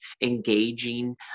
engaging